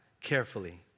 carefully